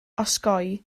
osgoi